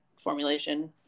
formulation